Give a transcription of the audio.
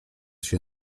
się